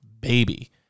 baby